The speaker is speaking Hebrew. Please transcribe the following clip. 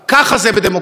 ככה זה בדמוקרטיה.